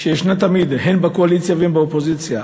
שיש תמיד, הן בקואליציה והן באופוזיציה.